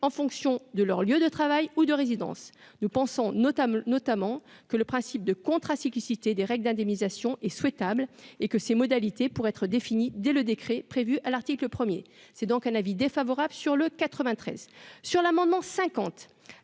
en fonction de leur lieu de travail ou de résidence, nous pensons notamment notamment que le principe de contrat cyclicité des règles d'indemnisation est souhaitable et que ses modalités pour être dès le décret prévu à l'article 1er c'est donc un avis défavorable sur le 93 sur l'amendement